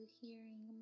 hearing